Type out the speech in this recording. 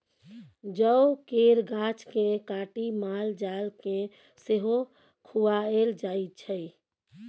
जौ केर गाछ केँ काटि माल जाल केँ सेहो खुआएल जाइ छै